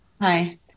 Hi